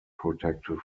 protective